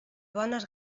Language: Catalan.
bones